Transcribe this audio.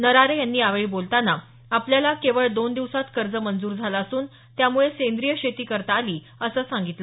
नरारे यांनी यावेळी बोलताना आपल्याला केवळ दोन दिवसांत कर्ज मंजूर झालं असून त्यामुळे सेंद्रीय शेती करता आली असं सांगितलं